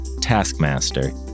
taskmaster